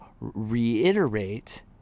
reiterate